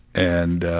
and ah,